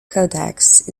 codex